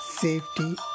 Safety